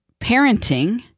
parenting